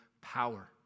power